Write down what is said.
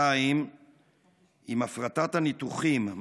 2. עם הפרטת הניתוחים,